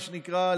מה שנקרא,